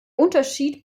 unterschied